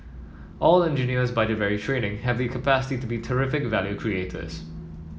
all engineers by their very training have the capacity to be terrific value creators